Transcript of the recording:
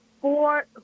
four